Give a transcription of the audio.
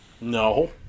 No